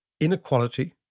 inequality